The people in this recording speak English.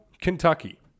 Kentucky